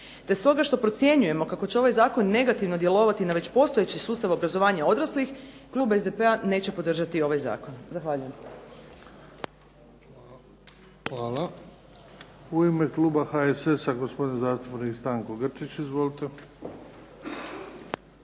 te stoga što procjenjujemo kako će ovaj zakon negativno djelovati na već postojeći sustav obrazovanja odraslih klub SDP-a neće podržati ovaj zakon. Zahvaljujem. **Bebić, Luka (HDZ)** Hvala. U ime kluba HSS-a gospodin zastupnik Stanko Grčić. Izvolite.